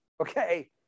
okay